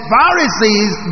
Pharisees